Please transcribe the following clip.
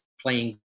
playing